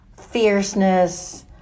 fierceness